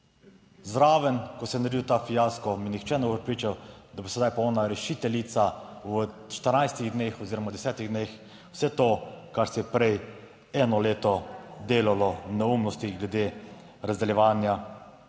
zraven, ko se je naredil ta fiasko me nihče ne bo prepričal, da bo sedaj pa ona rešiteljica v 14-dneh oziroma v desetih dneh vse to kar se je prej eno leto delalo neumnosti glede razdeljevanja